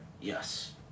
Yes